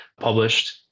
published